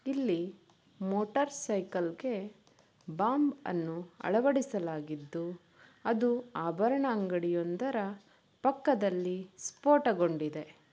ಇಲ್ಲಿ ಮೋಟರ್ಸೈಕಲ್ಗೆ ಬಾಂಬನ್ನು ಅಳವಡಿಸಲಾಗಿದ್ದು ಅದು ಆಭರಣ ಅಂಗಡಿಯೊಂದರ ಪಕ್ಕದಲ್ಲಿ ಸ್ಫೋಟಗೊಂಡಿದೆ